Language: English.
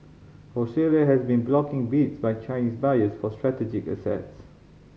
Australia has been blocking bids by Chinese buyers for strategic assets